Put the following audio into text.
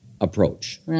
approach